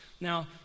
Now